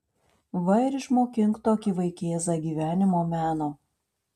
va ir išmokink tokį vaikėzą gyvenimo meno